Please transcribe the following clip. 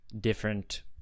different